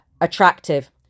attractive